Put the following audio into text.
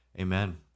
amen